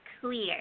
clear